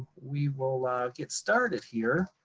we will ah get started here.